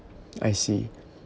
I see